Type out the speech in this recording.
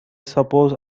suppose